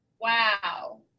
wow